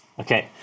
Okay